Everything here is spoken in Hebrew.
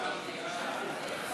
סעיפים 1